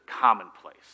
commonplace